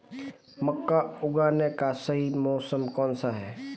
मक्का उगाने का सही मौसम कौनसा है?